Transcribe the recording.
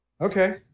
Okay